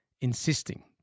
insisting